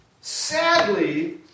Sadly